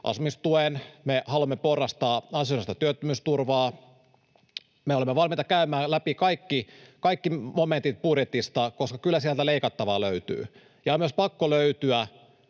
asumistuen. Me haluamme porrastaa ansiosidonnaista työttömyysturvaa. Me olemme valmiita käymään läpi kaikki momentit budjetista, koska kyllä sieltä leikattavaa löytyy. Ja on myös pakko löytyä,